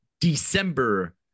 December